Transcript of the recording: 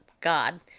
God